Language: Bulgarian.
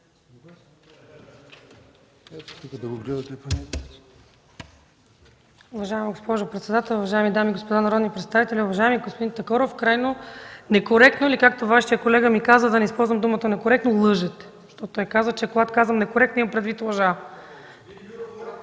Уважаема госпожо председател, уважаеми дами и господа народни представители! Уважаеми господин Такоров, крайно некоректно или както Вашият колега ми каза да не използвам думата некоректно – лъжете! Той каза, че когато казвам некоректно, имам предвид лъжа.